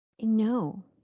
no